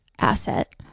asset